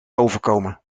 overkomen